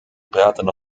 pratende